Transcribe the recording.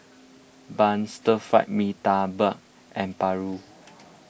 Bun Stir Fried Mee Tai Mak and Paru